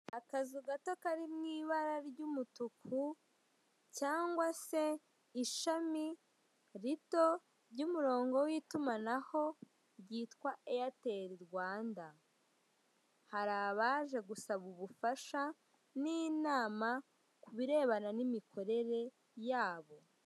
Akazu gato kari mu ibara ry'umutuku cyangwa se ishami rito ry'umurongo ryitwa eyeteli Rwanda hari abaje gusaba ubufasha n'inama kubirebana n'imikorere yabo.